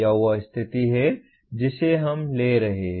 यह वह स्थिति है जिसे हम ले रहे हैं